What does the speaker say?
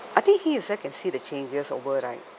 I think he himself can see the changes over right